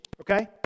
okay